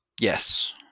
Yes